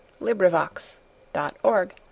LibriVox.org